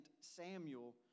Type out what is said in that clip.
Samuel